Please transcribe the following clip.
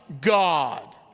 God